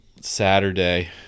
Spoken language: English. Saturday